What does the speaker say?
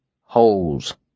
Holes